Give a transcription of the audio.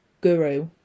guru